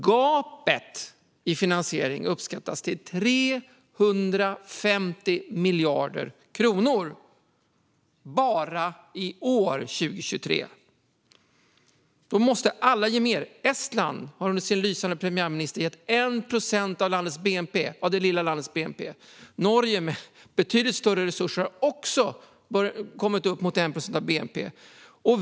Gapet i finansiering uppskattas till 350 miljarder kronor bara i år, 2023. Därför måste alla ge mer. Estland har under sin lysande premiärminister gett 1 procent av det lilla landets bnp. Norge, med betydligt större resurser, har också kommit upp mot 1 procent av bnp.